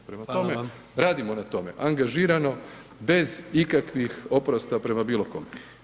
Prema tome, radimo na tome angažirano, bez ikakvih oprosta prema bilo kome.